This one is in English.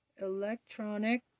Electronic